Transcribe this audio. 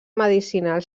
medicinal